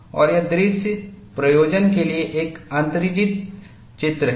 और यह दृश्य प्रयोजन के लिए एक अतिरंजित चित्र है